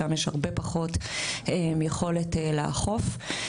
שם יש הרבה פחות יכולת לאכוף.